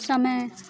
समय